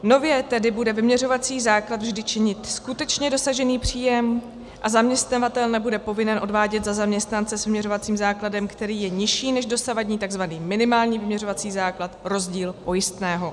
Nově tedy bude vyměřovací základ vždy činit skutečně dosažený příjem a zaměstnavatel nebude povinen odvádět za zaměstnance s vyměřovacím základem, který je nižší než dosavadní takzvaný minimální vyměřovací základ, rozdíl pojistného.